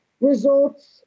results